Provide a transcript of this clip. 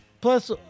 Plus